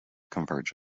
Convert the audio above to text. converge